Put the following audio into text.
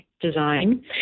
design